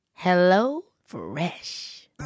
HelloFresh